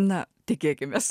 na tikėkimės